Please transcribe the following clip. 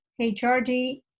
HRD